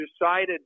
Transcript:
decided